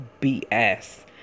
BS